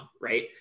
right